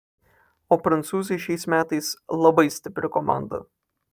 o prancūzai šiais metais labai stipri komanda